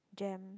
Gem